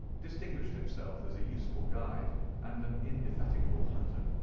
distinguished himself as a useful guide and an indefatigable hunter.